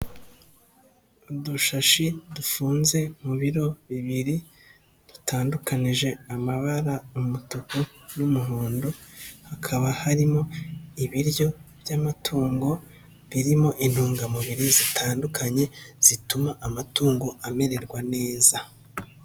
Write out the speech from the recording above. Udushashi dufunze mu biro bibiri dutandukanije amabara umutuku n'umuhondo, hakaba harimo ibiryo by'amatungo birimo intungamubiri zitandukanye zituma amatungo amererwa neza.